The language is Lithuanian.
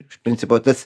iš principo tas